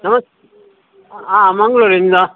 ನಮಸ್ತೆ ಹಾಂ ಮಂಗಳೂರಿಂದ